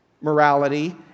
morality